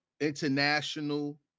international